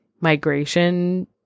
migration